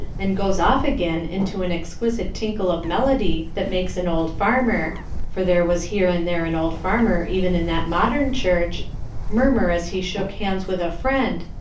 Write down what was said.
and goes off again into an exquisite tinkle of melody that makes an old farmer for there was here and there an old farmer even in that modern church murmur as he shook hands with a friend,